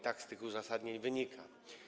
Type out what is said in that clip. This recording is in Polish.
Tak z tych uzasadnień wynika.